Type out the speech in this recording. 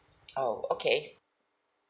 oh okay